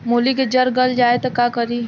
मूली के जर गल जाए त का करी?